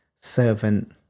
servant